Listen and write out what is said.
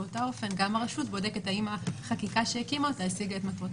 באותו אופן גם הרשות בודקת האם החקיקה שהקימה אותה השיגה את מטרותיה.